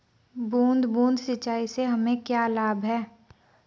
बूंद बूंद सिंचाई से हमें क्या लाभ है?